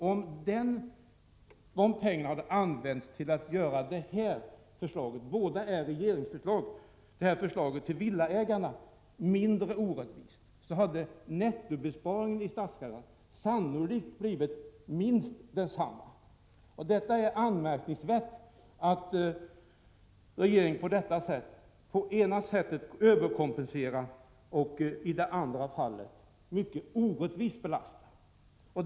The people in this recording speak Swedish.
Om dessa pengar hade använts till att göra förslaget avseende villaägarna mera rättvist — båda förslagen har ju lagts fram av regeringen — hade nettobesparingen i statskassan sannolikt blivit densamma, kanske större. Det är anmärkningsvärt att regeringen på detta sätt i ena fallet överkompenserar och i det andra mycket orättvist belastar låntagarna.